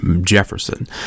Jefferson